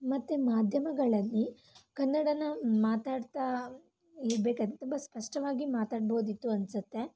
ಮತ್ತೆ ಮಾಧ್ಯಮಗಳಲ್ಲಿ ಕನ್ನಡನ ಮಾತಾಡ್ತಾ ಇರಬೇಕಾದ್ರೆ ತುಂಬ ಸ್ಪಷ್ಟವಾಗಿ ಮಾತಾಡ್ಬೋದಿತ್ತು ಅನಿಸುತ್ತೆ